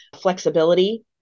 flexibility